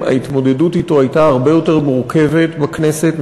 ההתמודדות אתו הייתה הרבה יותר מורכבת בכנסת,